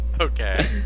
Okay